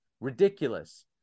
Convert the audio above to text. ridiculous